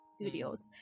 Studios